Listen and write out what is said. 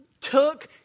took